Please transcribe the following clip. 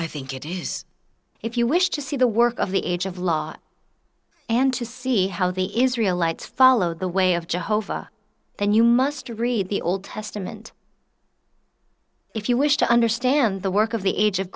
i think it is if you wish to see the work of the age of law and to see how the israel lights follow the way of jehovah then you must read the old testament if you wish to understand the work of the age of